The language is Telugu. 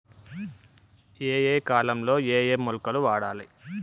ఏయే కాలంలో ఏయే మొలకలు వాడాలి?